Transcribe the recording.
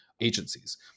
agencies